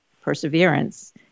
Perseverance